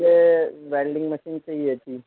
سر مجھے welding machine چاہیے تھی